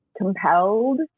compelled